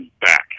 back